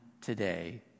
today